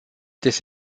this